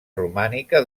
romànica